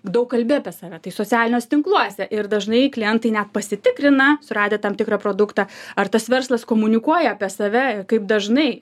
daug kalbi apie save tai socialiniuose tinkluose ir dažnai klientai net pasitikrina suradę tam tikrą produktą ar tas verslas komunikuoja apie save kaip dažnai